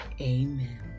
Amen